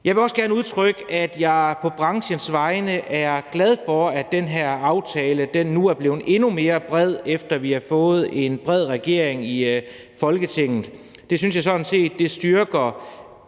Jeg vil også gerne udtrykke, at jeg på branchens vegne er glad for, at den her aftale nu er blevet endnu mere bred, efter vi har fået en bred regering i Folketinget. Det synes jeg sådan set, om man